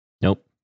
Nope